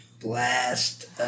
Blast